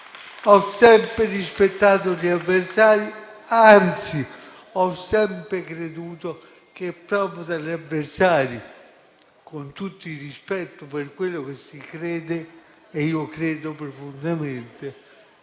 Ho sempre rispettato gli avversari; anzi, ho sempre creduto che proprio tra gli avversari, con tutto il rispetto per quello che si crede e credo profondamente,